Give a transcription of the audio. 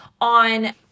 on